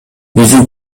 биздин